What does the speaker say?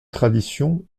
tradition